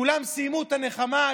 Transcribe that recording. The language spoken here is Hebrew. כולם סיימו את הנחמה,